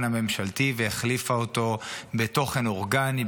הממשלתי והחליפה אותו בתוכן אורגני,